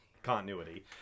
continuity